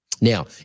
Now